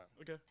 Okay